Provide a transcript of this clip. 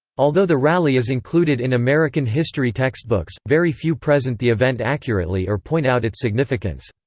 although the rally is included in american history textbooks, very few present the event accurately or point out its significance.